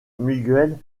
miguel